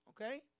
okay